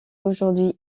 aujourd’hui